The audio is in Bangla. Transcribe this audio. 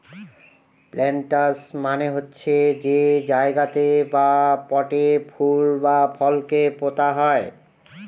প্লান্টার্স মানে হচ্ছে যে জায়গাতে বা পটে ফুল বা ফলকে পোতা হয়